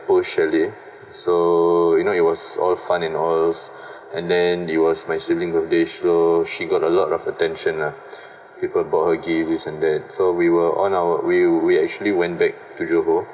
pool chalet so you know it was all fun and all and then it was my sibling birthday so she got a lot of attention lah people bought her gifts this and that so we were on our we we actually went back to johor